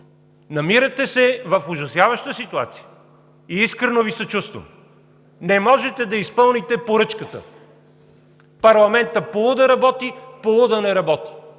Намирате се в ужасяваща ситуация и искрено Ви съчувствам. Не можете да изпълните поръчката парламентът полу- да работи, полу- да не работи.